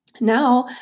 Now